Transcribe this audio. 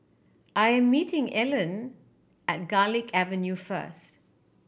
I am meeting Elon at Garlick Avenue first